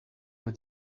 muri